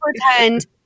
pretend